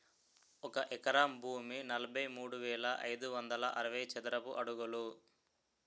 ఒక ఎకరం భూమి నలభై మూడు వేల ఐదు వందల అరవై చదరపు అడుగులు